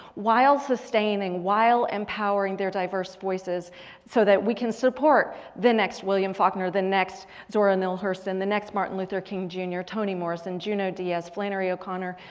while sustaining, while empowering their diverse voices so that we can support the next william faulkner. the next zora neale hurston, the next martin luther kind jr, toni morrison, junot diaz, flannery o'connor.